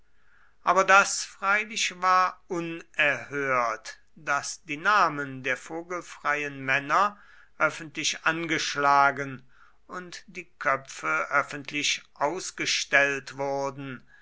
aber das freilich war unerhört daß die namen der vogelfreien männer öffentlich angeschlagen und die köpfe öffentlich ausgestellt wurden